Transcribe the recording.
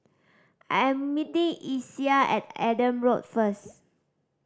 I am meeting Isiah at Adam Road first